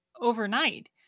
overnight